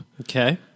Okay